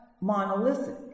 monolithic